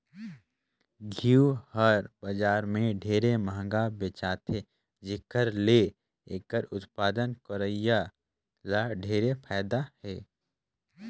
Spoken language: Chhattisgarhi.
घींव हर बजार में ढेरे मंहगा बेचाथे जेखर ले एखर उत्पादन करोइया ल ढेरे फायदा हे